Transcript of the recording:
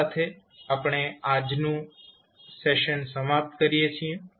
તો આ સાથે આપણે આપણુ આજનું સેશન સમાપ્ત કરીએ છીએ